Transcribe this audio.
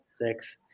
six